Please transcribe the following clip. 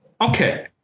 okay